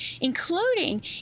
including